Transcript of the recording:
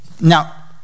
Now